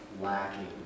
lacking